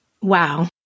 Wow